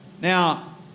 Now